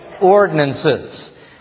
ordinances